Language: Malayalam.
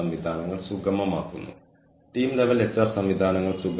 ആ കഴിവുകൾ നിലനിർത്തുക തുടർന്ന് സിസ്റ്റത്തിൽ നിന്ന് പുറത്തുപോകേണ്ടത് എന്താണെന്ന് മനസ്സിലാകുന്നു